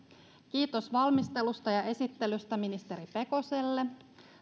kiitos valmistelusta ja esittelystä ministeri pekoselle